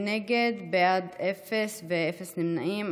נגד, אחד, בעד, אפס ואפס נמנעים.